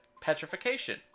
petrification